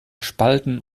spalten